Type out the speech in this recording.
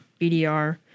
BDR